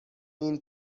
این